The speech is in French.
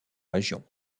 région